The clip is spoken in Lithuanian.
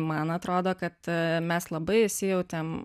man atrodo kad mes labai įsijautėm